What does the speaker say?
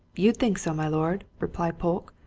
you'd think so, my lord, replied polke,